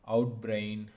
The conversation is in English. Outbrain